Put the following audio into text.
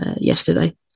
yesterday